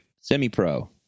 Semi-pro